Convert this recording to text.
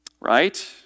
right